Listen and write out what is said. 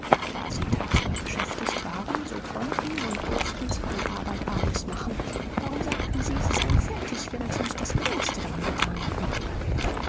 da sie tagsüber beschäftigt waren so konnten und durften sie die arbeit abends machen warum sagten sie sie seien fertig während sie nicht das geringste daran getan hatten